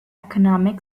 economic